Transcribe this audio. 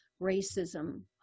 racism